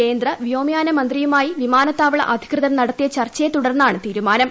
കേന്ദ്ര വ്യോമയാന മന്ത്രിയുമായി വിമാനത്താവള അധികൃതർ നടത്തിയ ചർച്ചയെ തുടർന്നാണ് തീരുമാനം